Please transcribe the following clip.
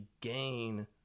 gain